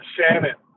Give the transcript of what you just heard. Shannon